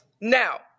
Now